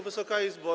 Wysoka Izbo!